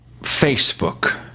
Facebook